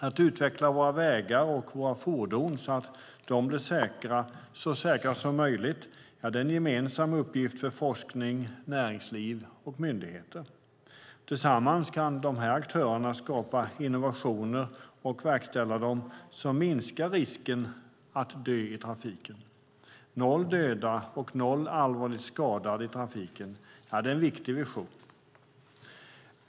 Att utveckla våra vägar och våra fordon så att de blir så säkra som möjligt är en gemensam uppgift för forskning, näringsliv och myndigheter. Tillsammans kan dessa aktörer skapa och verkställa innovationer som minskar risken att dö i trafiken. Noll döda och noll allvarligt skadade i trafiken är en viktig vision.